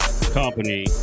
company